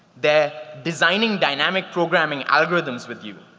they're designing dynamic programming algorithms with you.